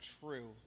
true